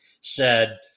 said-